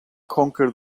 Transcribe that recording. conquer